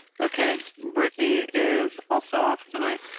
okay, britney is also off tonight.